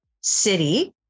city